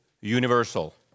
universal